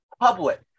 public